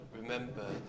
remember